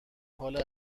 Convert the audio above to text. حال